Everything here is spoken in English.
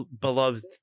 beloved